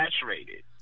saturated